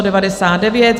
99.